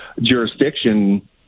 jurisdiction